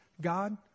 God